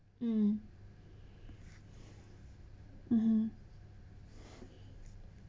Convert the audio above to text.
mm mmhmm